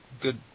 good